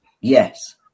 yes